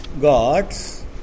gods